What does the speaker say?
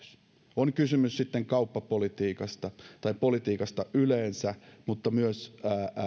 on kysymys sitten kauppapolitiikasta tai politiikasta yleensä mutta myös